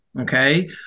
okay